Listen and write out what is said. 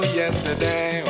yesterday